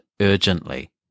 urgently